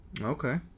Okay